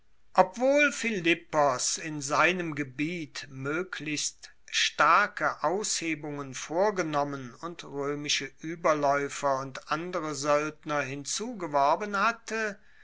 obwohl philippos in seinem gebiet moeglichst starke aushebungen vorgenommen und roemische ueberlaeufer und andere soeldner hinzugeworben hatte